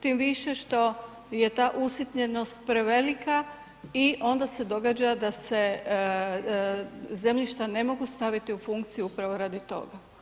Tim više što je ta usitnjenost prevelika i onda se događa da se zemljišta ne mogu staviti u funkciju upravo radi toga.